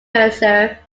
mercer